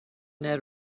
ned